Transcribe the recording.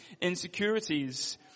insecurities